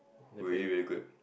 really really good